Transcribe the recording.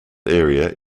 area